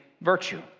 virtue